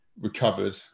recovered